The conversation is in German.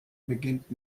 beginnt